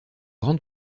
grande